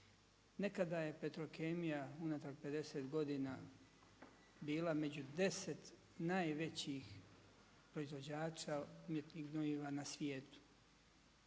Nekada je Petrokemija unatrag 50 godina bila među 10 najvećih proizvođača umjetnih gnojiva na svijetu.